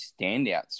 standouts